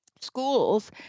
schools